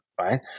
right